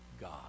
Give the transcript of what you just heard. God